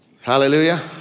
Hallelujah